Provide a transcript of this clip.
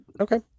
okay